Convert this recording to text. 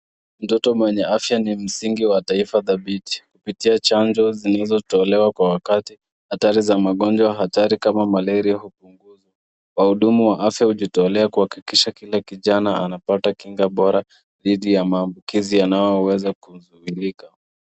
Mtoto mwenye afya ni msingi wa taifa dhabiti kupitia chanjo zinazo tolewa kwa wakati athari za magonjwa hatari kama maleria. Wahudumu wa afya hujitolea kuhakikisha kila kijana wanapata kinga bora dhidi ya maambukizi yanayo weza kudhibitika.